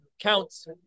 Counts